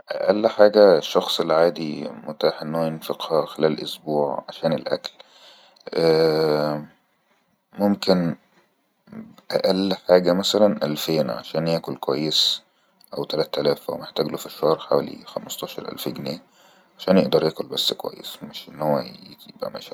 ائل حاجة الشخص العادي متاح انه ينفقها خلال اسبوع عشان الاكل اااا ممكن أئل حاجه مثلن ألفين عشان ياكل كويس او تلتلاف محتاجله في الشهر حوال خمستاشر الف جنية عشان يئدر بس ياكل كويس مش انه هو يءءء